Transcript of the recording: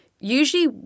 usually